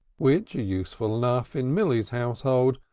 which, useful enough in milly's household,